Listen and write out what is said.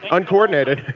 uncoordinated.